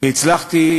והצלחתי,